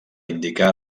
indicar